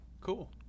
cool